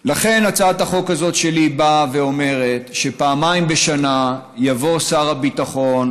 לכן הצעת החוק הזאת שלי באה ואומרת שפעמיים בשנה יבוא שר הביטחון,